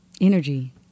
energy